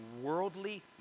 worldly